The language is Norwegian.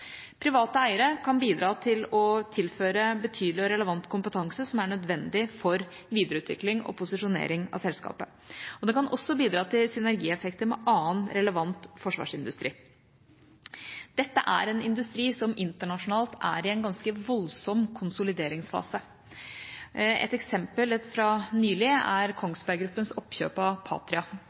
Private eiere kan bidra til å tilføre betydelig og relevant kompetanse, som er nødvendig for videreutvikling og posisjonering av selskapet. Det kan også bidra til synergieffekter med annen relevant forsvarsindustri. Dette er en industri som internasjonalt er i en ganske voldsom konsolideringsfase. Et nylig eksempel er Kongsberg Gruppens oppkjøp av Patria,